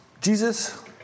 Jesus